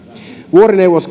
vuorineuvos